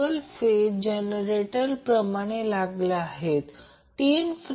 त्या बाबतीत त्यामुळे maximum power load RL R g ला वितरित केली जाते